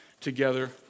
together